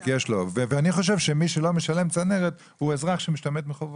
ואני חושב שמי שלא משלם צנרת הוא אזרח שמשתמט מחובות.